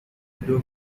دوگ